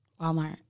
Walmart